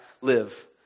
live